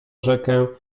rzekę